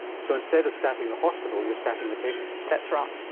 so instead of staffing the hospital, you're staffing the patients. that's right.